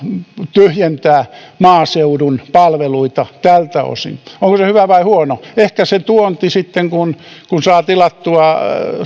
tyhjentää maaseudun palveluita tältä osin onko se hyvä vai huono ehkä se tuonti sitten kun kun saa tilattua